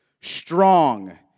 strong